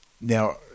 Now